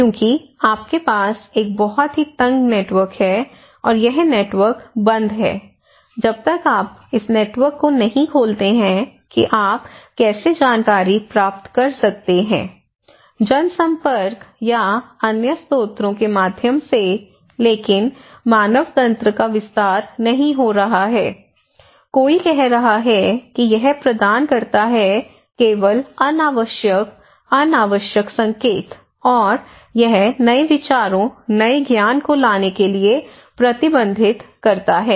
क्योंकि आपके पास एक बहुत ही तंग नेटवर्क है और यह नेटवर्क बंद है जब तक आप इस नेटवर्क को नहीं खोलते हैं कि आप कैसे जानकारी प्राप्त कर सकते हैं जनसंपर्क या अन्य स्रोतों के माध्यम से लेकिन मानव तंत्र का विस्तार नहीं हो रहा है कोई कह रहा है कि यह प्रदान करता है केवल अनावश्यक अनावश्यक संकेत और यह नए विचारों नए ज्ञान को लाने के लिए प्रतिबंधित करता है